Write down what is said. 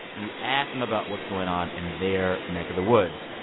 and we ask them about what's going on in their neck of the woods.